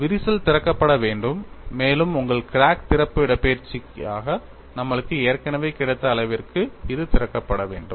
விரிசல் திறக்கப்பட வேண்டும் மேலும் உங்கள் கிராக் திறப்பு இடப்பெயர்ச்சியாக நம்மளுக்கு ஏற்கனவே கிடைத்த அளவிற்கு அது திறக்கப்பட வேண்டும்